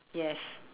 yes